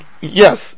yes